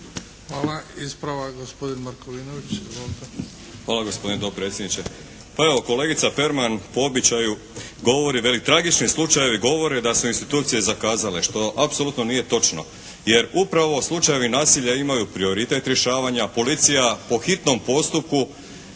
**Markovinović, Krunoslav (HDZ)** Hvala gospodine dopredsjedniče. Pa evo, kolegica Perman po običaju govori, veli tragični slučajevi govore da su institucije zakazale, što apsolutno nije točno. Jer upravo slučajevi nasilja imaju prioritet rješavanja, policija po hitnom postupku